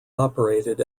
operated